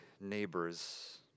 neighbors